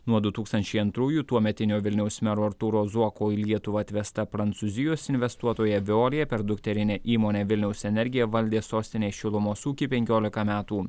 nuo du tūkstančiai antrųjų tuometinio vilniaus mero artūro zuoko į lietuvą atvesta prancūzijos investuotoja veolia per dukterinę įmonę vilniaus energija valdė sostinės šilumos ūkį penkiolika metų